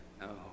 No